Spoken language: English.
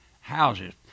houses